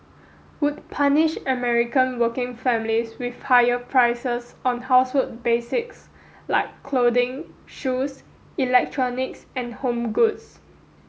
would punish American working families with higher prices on household basics like clothing shoes electronics and home goods